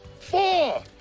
Four